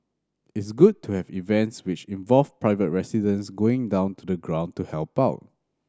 it's good to have events which involve private residents going down to the ground to help out